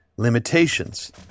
Limitations